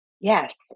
Yes